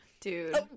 Dude